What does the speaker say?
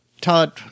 todd